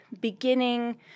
beginning